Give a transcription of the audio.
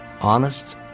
honest